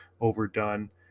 overdone